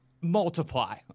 multiply